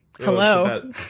Hello